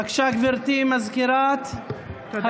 בבקשה, גברתי סגנית מזכירת הכנסת.